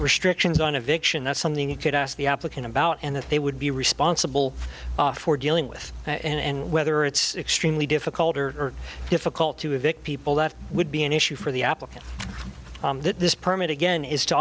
restrictions on a vacation that's something you could ask the applicant about and that they would be responsible for dealing with and whether it's extremely difficult or difficult to evict people that would be an issue for the applicant that this permit again is to